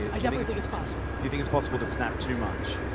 i definitely think it's possible! do you think it's possible to snap too much?